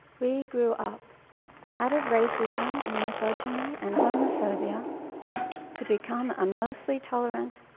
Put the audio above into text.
we grew up out of racism and misogyny and homophobia to become a mostly tolerant,